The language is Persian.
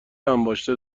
انباشته